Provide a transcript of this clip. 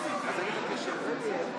אני מבקש שמית.